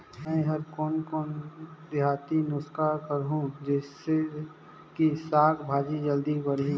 मै हर कोन कोन देहाती नुस्खा ल करहूं? जिसे कि साक भाजी जल्दी बाड़ही?